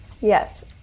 Yes